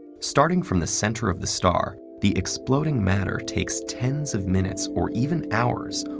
starting from the center of the star, the exploding matter takes tens of minutes, or even hours,